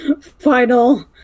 final